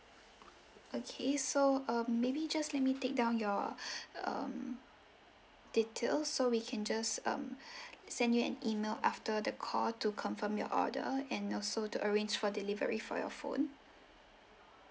okay so um maybe you just let me take down your um detail so we can just um send you an email after the call to confirm your order and also to arrange for delivery for your phone